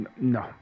No